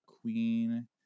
queen